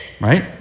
right